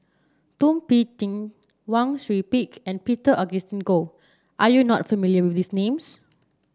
Thum Ping Tjin Wang Sui Pick and Peter Augustine Goh are you not familiar with these names